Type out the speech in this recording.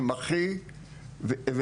עם אחי ואמא,